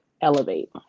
elevate